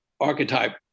archetype